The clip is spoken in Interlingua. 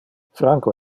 franco